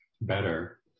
better